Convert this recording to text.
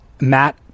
Matt